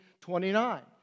29